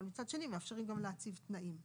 אבל מצד שני מאפשרים גם להציב תנאים.